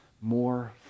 more